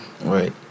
Right